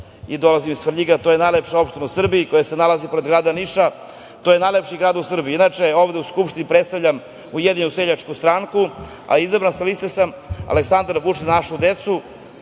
i dolazim iz Svrljiga. To je najlepša opština u Srbiji koja se nalazi pored grada Niša. To je najlepši grad u Srbiji. Inače, ovde u Skupštini predstavljam Ujedinjenu seljačku stranku, a izabran sam sa Liste Aleksandar Vučić – Za našu decu,